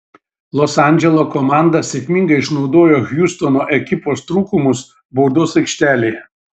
los andželo komanda sėkmingai išnaudojo hjustono ekipos trūkumus baudos aikštelėje